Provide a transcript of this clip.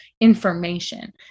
information